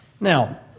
Now